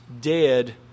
dead